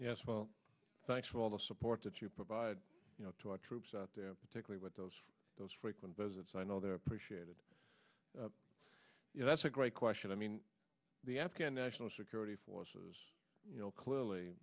yes well thanks for all the support that you provide to our troops out there particularly with those those frequent visits i know they're appreciated you know that's a great question i mean the afghan national security forces you know clearly